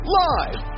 live